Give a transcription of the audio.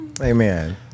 amen